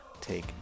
take